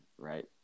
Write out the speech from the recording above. right